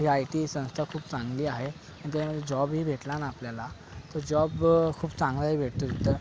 ही IT संस्था खूप चांगली आहे आणि त्याच्यामध्ये जॉबही भेटला ना आपल्याला तर जॉब खूप चांगलाही भेटतो तिथं